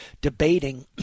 debating